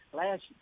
last